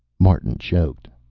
martin choked.